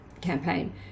campaign